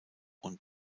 und